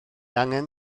angen